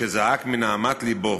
שזעק מנהמת לבו